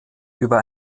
über